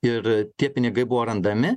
ir tie pinigai buvo randami